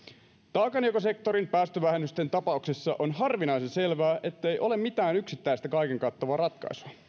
taakanjakosektorin päästövähennysten tapauksessa on harvinaisen selvää ettei ole mitään yksittäistä kaiken kattavaa ratkaisua